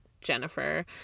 jennifer